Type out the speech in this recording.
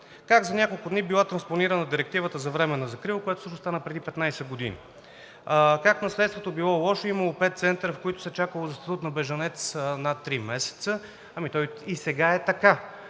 как за няколко дни била транспонирана директивата за временна закрила, което стана преди 15 години; как наследството било лошо, имало пет центъра, в които се чакало за статут на бежанец над три месеца. Ами то и сега е така